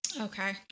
Okay